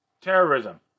Terrorism